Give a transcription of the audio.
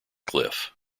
cliff